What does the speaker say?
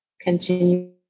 continue